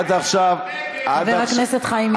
חבר הכנסת חיים ילין.